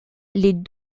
les